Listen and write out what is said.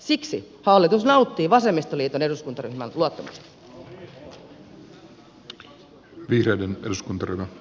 siksi hallitus nauttii vasemmistoliiton eduskuntaryhmän luottamusta